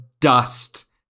dust